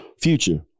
future